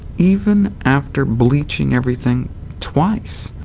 even after bleaching everything twice!